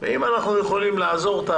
ואם אנחנו יכולים לעזור,